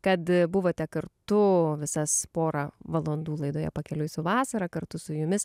kad buvote kartu visas pora valandų laidoje pakeliui su vasara kartu su jumis